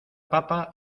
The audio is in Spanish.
papa